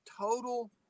total